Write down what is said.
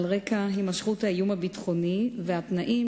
על רקע הימשכות האיום הביטחוני והתנאים